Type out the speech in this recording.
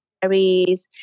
berries